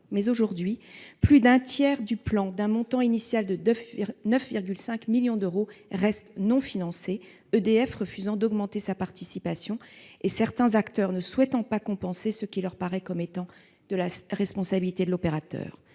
aujourd'hui, plus d'un tiers du plan d'un montant initial de 9,5 millions d'euros reste non financé, EDF refusant d'augmenter sa participation, et certains acteurs ne souhaitant pas compenser ce qui leur semble relever de la responsabilité de l'opérateur.